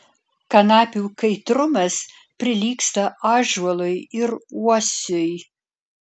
kanapių kaitrumas prilygsta ąžuolui ir uosiui